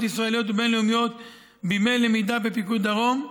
ישראליות ובין-לאומיות בימי למידה בפיקוד דרום,